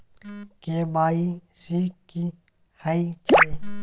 KYC की हय छै?